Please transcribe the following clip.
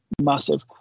massive